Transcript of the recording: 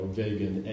vegan